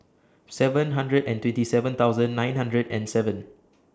seven hundred and twenty seven thousand nine hundred and seven